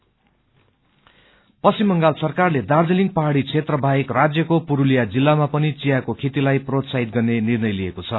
T cultivation Paschim Bangal सरकारले दार्जीलिङ पहाड़ी क्षेत्र बाहेक राज्यको पुरूलिया जिल्लामा पनि चियाको खेतीलाई प्रोत्साहित गर्ने निर्णय लिएको छ